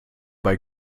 bei